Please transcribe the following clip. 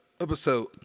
episode